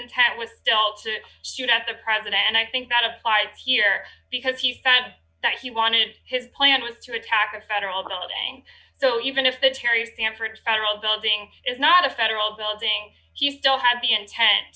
intent was to shoot at the president and i think that applies here because the fact that he wanted his plan was to attack a federal building so even if the cherry sanford federal building is not a federal building he still had the intent